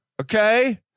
okay